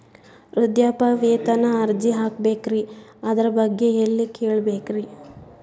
ವೃದ್ಧಾಪ್ಯವೇತನ ಅರ್ಜಿ ಹಾಕಬೇಕ್ರಿ ಅದರ ಬಗ್ಗೆ ಎಲ್ಲಿ ಕೇಳಬೇಕ್ರಿ?